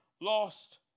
lost